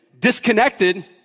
Disconnected